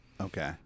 okay